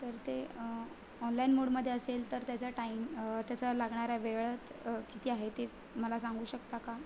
तर ते ऑनलाईन मोडमध्ये असेल तर त्याचा टाईम त्याचा लागणाऱ्या वेळात किती आहे ते मला सांगू शकता का